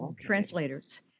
translators